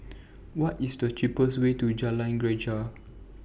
What IS The cheapest Way to Jalan Greja